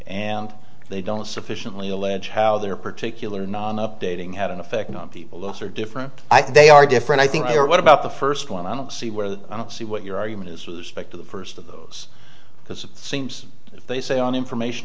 and they don't sufficiently allege how their particular non updating had an effect on people those are different i think they are different i think what about the first one i don't see where i don't see what your argument is specter the first of those because it seems they say on information